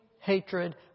hatred